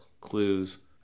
clues